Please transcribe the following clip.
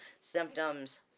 symptoms